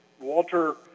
Walter